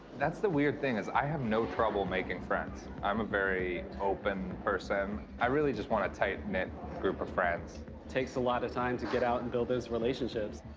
that's the weird thing, is i have no trouble making friends. i'm a very open person. i really just want a tight-knit group of friends. it takes a lot of time to get out and build those relationships.